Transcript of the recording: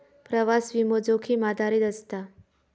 प्रवास विमो, जोखीम आधारित असता